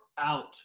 Out